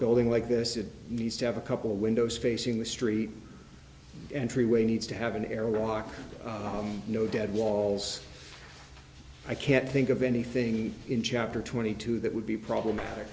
building like this it needs to have a couple of windows facing the street entryway needs to have an airlock no dead walls i can't think of anything in chapter twenty two that would be problematic